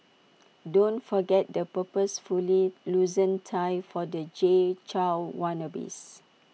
don't forget the purposefully loosened tie for the Jay Chou wannabes